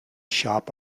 shop